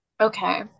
Okay